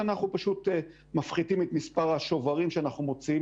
אנחנו פשוט מפחיתים את מספר השוברים שאנחנו מוציאים